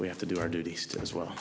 we have to do our duties as well